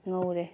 ꯉꯧꯔꯦ